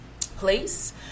place